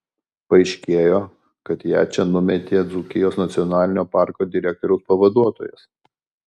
paaiškėjo kad ją čia numetė dzūkijos nacionalinio parko direktoriaus pavaduotojas